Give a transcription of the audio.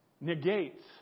negates